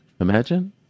Imagine